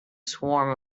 swarm